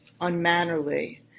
unmannerly